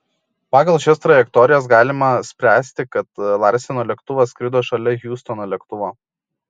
pagal šias trajektorijas galima spręsti kad larseno lėktuvas skrido šalia hiustono lėktuvo